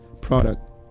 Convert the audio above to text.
product